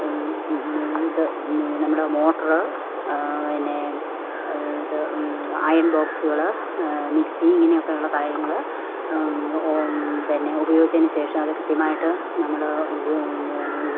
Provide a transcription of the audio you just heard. ഇത് നമ്മുടെ മോട്ടറ് ന്നെ ഇത് അയൺ ബോക്സുകൾ മിക്സി ഇങ്ങനെയൊക്കെ ഉള്ള കാര്യങ്ങൾ പിന്നെ ഉപയോഗിച്ചതിനു ശേഷം അത് കൃത്യമായിട്ട് നമ്മൾ